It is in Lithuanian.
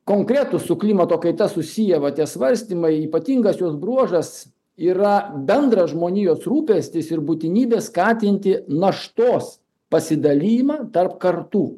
konkretūs su klimato kaita susiję va tie svarstymai ypatingas jos bruožas yra bendras žmonijos rūpestis ir būtinybė skatinti naštos pasidalijimą tarp kartų